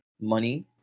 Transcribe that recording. money